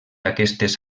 aquestes